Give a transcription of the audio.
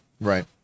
Right